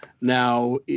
Now